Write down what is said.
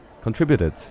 contributed